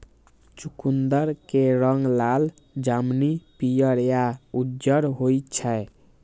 चुकंदर के रंग लाल, जामुनी, पीयर या उज्जर होइ छै